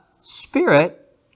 spirit